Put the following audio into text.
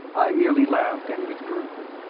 i merely laughed and withdrew.